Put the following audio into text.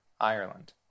Ireland